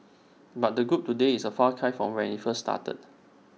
but the group today is A far cry from when IT first started